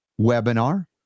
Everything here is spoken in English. webinar